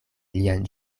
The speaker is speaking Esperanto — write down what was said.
lian